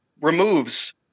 removes